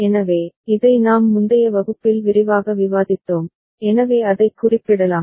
எனவே இதை நாம் முந்தைய வகுப்பில் விரிவாக விவாதித்தோம் எனவே அதைக் குறிப்பிடலாம்